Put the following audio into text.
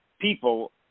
people